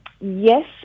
Yes